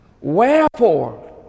Wherefore